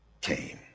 came